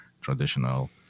traditional